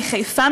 מחיפה,